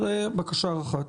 זאת בקשה אחת.